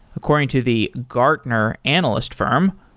according to the gartner analyst firm,